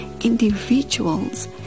individuals